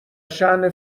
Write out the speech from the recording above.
شأن